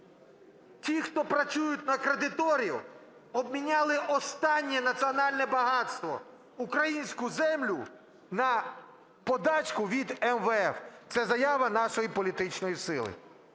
ті, хто працюють на кредиторів, обміняли останнє національне багатство – українську землю на подачку від МВФ. Це заява нашої політичної сили.